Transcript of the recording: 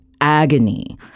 agony